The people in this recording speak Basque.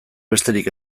besterik